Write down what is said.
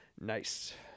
Nice